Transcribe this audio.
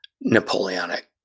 Napoleonic